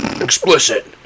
Explicit